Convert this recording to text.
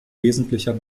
wesentlicher